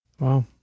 wow